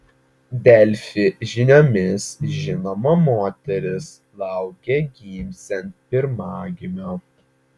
delfi žiniomis žinoma moteris laukia gimsiant pirmagimio